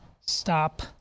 Stop